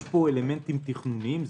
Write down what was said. יש פה אלמנטים תכנוניים.